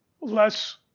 less